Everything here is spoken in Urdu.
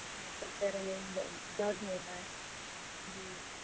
ہاتھوں پیروں میں بھی درد درد ہو رہا ہے جی